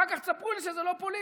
אחר כך תספרו לי שזה לא פוליטי,